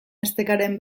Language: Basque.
estekaren